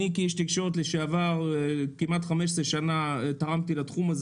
כאיש תקשורת לשעבר אני כמעט 15 שנה תרמתי לתחום.